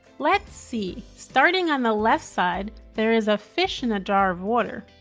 let's see starting on the left side there is a fish in a jar of water.